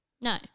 No